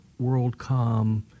WorldCom